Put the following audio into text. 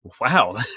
Wow